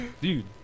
Dude